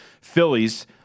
Phillies